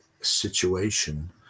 situation